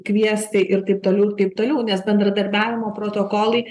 kviesti ir taip toliau ir taip toliau nes bendradarbiavimo protokolai